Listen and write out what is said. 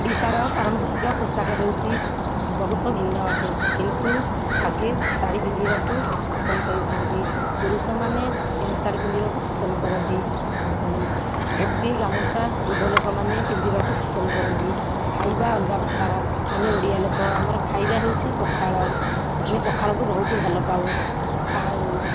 ଓଡ଼ିଶାର ପାରମ୍ପରିକ ପୋଷାକ ହେଉଛି ବହୁତ ଭିନ୍ନ ଅଟେ କିନ୍ତୁ ଆଗେ ଶାଢ଼ୀ ପିନ୍ଧିବାକୁ ପସନ୍ଦ କରିଥାନ୍ତି ପୁରୁଷମାନେ ପ୍ୟାଣ୍ଟ୍ ସାର୍ଟ ପିନ୍ଧିବାକୁ ପସନ୍ଦ କରନ୍ତି ଧୋତି ଗାମୁଛା ବୃଦ୍ଧ ଲୋକମାନେ ପିନ୍ଧିବାକୁ ପସନ୍ଦ କରନ୍ତି ଖାଇବା ଅଲଗା ପ୍ରକାର ଆମେ ଓଡ଼ିଆ ଲୋକ ଆମର ଖାଇବା ହେଉଛି ପଖାଳ ଆମେ ପଖାଳକୁ ବହୁତ ଭଲ ପାଉ ଆଉ